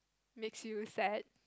makes you sad